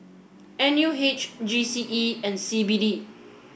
N U H G C E and C B D